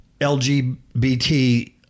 LGBT